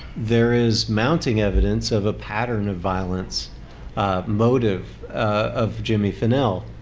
there is mounting evidence of a pattern of violence motive of jimmy finnell.